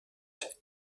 wird